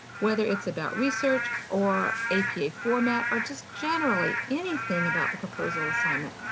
whether it's about research or apa format or just generally anything about the proposal assignment,